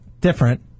different